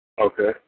Okay